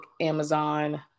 Amazon